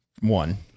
one